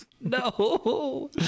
no